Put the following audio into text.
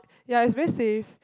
ya it's very safe